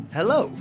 Hello